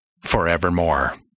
forevermore